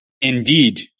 Indeed